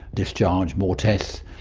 discharge, more tests,